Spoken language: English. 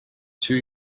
two